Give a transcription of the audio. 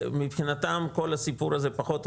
ומבחינתם כול הסיפור הזה פחות רלוונטי,